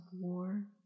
war